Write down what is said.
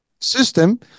system